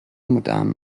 modernen